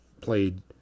played